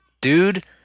Dude